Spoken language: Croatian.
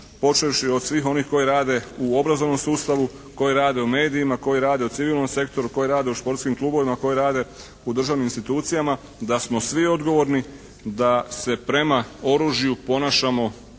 počevši od svih onih koji rade u obrazovnom sustavu, koji rade u medijima, koji rade u civilnom sektoru, koji rade u športskim klubovima, koji rade u državnim institucijama da smo svi odgovorni da se prema oružju ponašamo